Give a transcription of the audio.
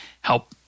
help